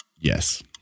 Yes